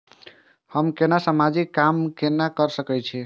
हमू केना समाजिक काम केना कर सके छी?